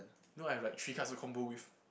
you know I have like three cards to combo with